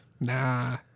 Nah